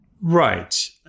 Right